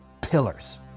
pillars